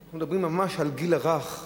אנחנו מדברים בגיל הרך ממש,